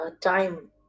time